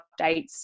updates